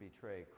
betray